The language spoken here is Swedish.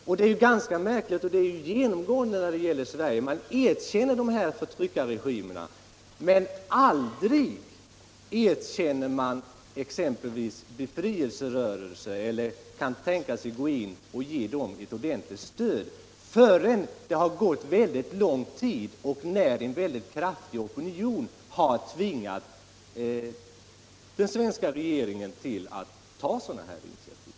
Något som är ganska märk Jligt — och det är ett genomgående drag — är att Sverige erkänner sådana förtryckarregimer men aldrig erkänner exempelvis befrielserörelser eller kan tänka sig att ge dem ett ordentligt stöd förrän det har gått lång tid och en kraftig opinion har tvingat den svenska regeringen att ta sådana initiativ.